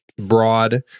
broad